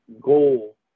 goal